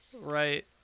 Right